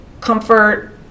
comfort